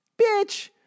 Bitch